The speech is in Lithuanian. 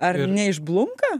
ar neišblunka